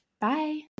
Bye